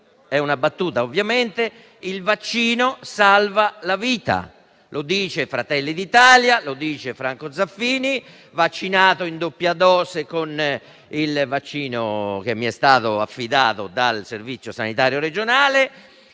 (è una battuta, ovviamente). Il vaccino salva la vita; lo dice Fratelli d'Italia e lo dice Franco Zaffini, vaccinato in doppia dose con il vaccino che mi è stato affidato dal Servizio sanitario regionale.